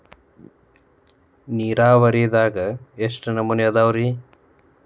ನೇರಾವರಿಯಾಗ ಎಷ್ಟ ನಮೂನಿ ಅದಾವ್ರೇ?